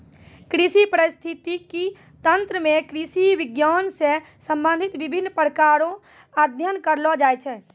कृषि परिस्थितिकी तंत्र मे कृषि विज्ञान से संबंधित विभिन्न प्रकार रो अध्ययन करलो जाय छै